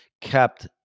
kept